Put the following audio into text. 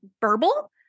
verbal